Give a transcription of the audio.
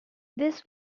this